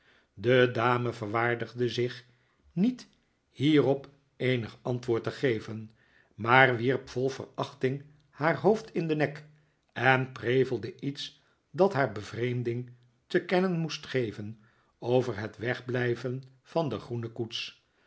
de dame verwaardigde zich niet hierop eenig antwoord te geven maar wierp vol verachting haar hoofd in den nek en prevelde iets dat haar bevreemding te kennen moest geven over het wegblijven van de groene koets